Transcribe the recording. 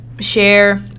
share